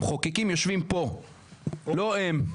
המחוקקים יושבים פה, לא הם.